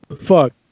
fuck